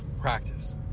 Practice